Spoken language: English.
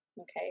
Okay